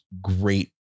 great